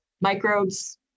microbes